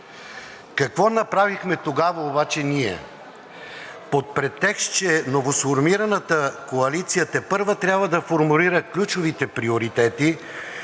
Какво направихме тогава обаче ние? Под претекст, че новосформираната коалиция тепърва трябва да формулира ключовите приоритети,